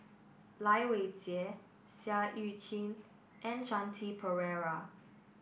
Lai Weijie Seah Eu Chin and Shanti Pereira